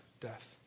death